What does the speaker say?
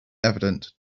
evident